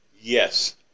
Yes